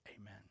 Amen